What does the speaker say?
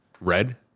Red